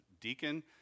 deacon